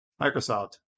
Microsoft